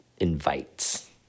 invites